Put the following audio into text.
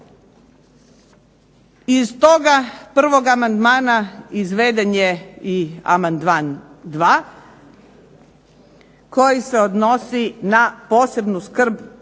Iz toga 1. amandmana izveden je i amandman 2. koji se odnosi na posebnu skrb